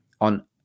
on